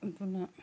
ꯑꯗꯨꯅ